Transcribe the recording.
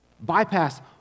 Bypass